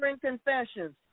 confessions